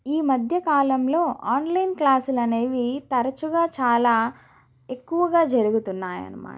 ఈ మధ్య కాలంలో ఆన్లైన్ క్లాస్లు అనేవి తరచుగా చాలా ఎక్కువగా జరుగుతున్నాయి అన్నమాట